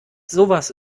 sowas